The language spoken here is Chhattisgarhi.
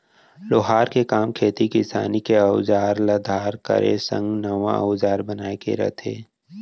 लोहार के काम खेती किसानी के अउजार ल धार करे संग नवा अउजार बनाए के रथे